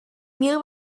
mil